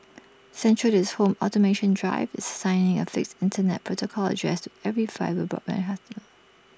central to its home automation drive is assigning A fixed Internet protocol address to every fibre broadband customer